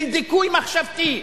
של דיכוי מחשבתי,